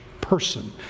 person